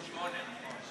שמונה, נכון.